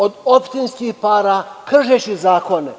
Od opštinskih para, kršeći zakone.